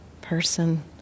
person